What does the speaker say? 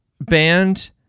band